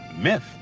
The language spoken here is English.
Myth